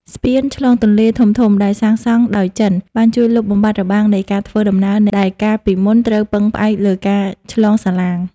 ស្ពានឆ្លងទន្លេធំៗដែលសាងសង់ដោយចិន បានជួយលុបបំបាត់របាំងនៃការធ្វើដំណើរដែលកាលពីមុនត្រូវពឹងផ្អែកលើការឆ្លងសាឡាង។